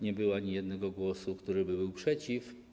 Nie było ani jednego głosu, który byłby przeciw.